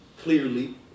Clearly